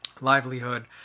livelihood